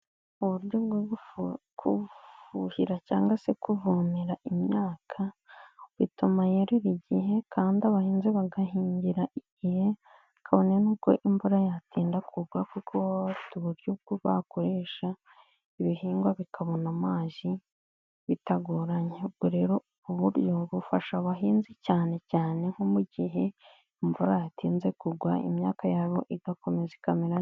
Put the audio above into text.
Uburyo bwo gufuhira cyangwa se kuvomera imyaka bituma yerera igihe kandi abahinze bagahingira igihe kabone n'ubwo imvura yatinda kugwa kuko baba bafite uburyo bakoresha ibihingwa bikabona amazi bitagoranye ubwo rero ubwo buryo bufasha abahinzi cyane cyane nko mu gihe imvura yatinze kugwa imyaka yabo igakomeza ikamera.